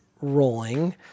rolling